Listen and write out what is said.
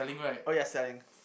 oh ya selling